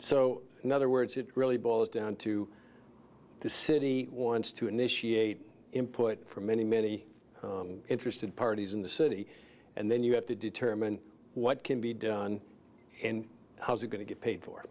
so in other words it really boils down to the city wants to initiate input from many many interested parties in the city and then you have to determine what can be done and how's it going to get paid for